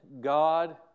God